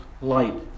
light